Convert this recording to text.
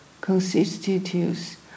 constitutes